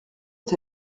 est